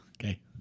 Okay